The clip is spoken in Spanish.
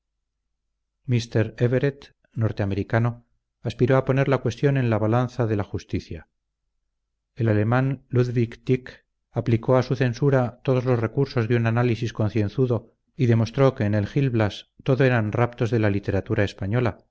m everet norte americano aspiró a poner la cuestión en la balanza de la justicia el alemán ludwig tieck aplicó a su censura todos los recursos de un análisis concienzudo y demostró que en el gil blas todo eran raptos de la literatura española